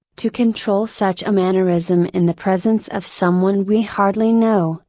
to control such a mannerism in the presence of someone we hardly know,